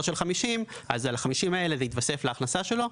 של 50 ₪- על ה-50 ₪ האלה זה יתווסף להכנסה שלו.